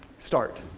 start.